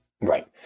Right